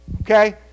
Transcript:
okay